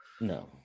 No